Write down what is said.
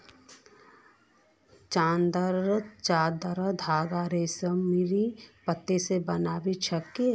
चादरेर धागा रेशमेर पत्ता स बनिल छेक